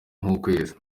nk’ukwezi